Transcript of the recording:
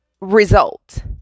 result